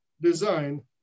design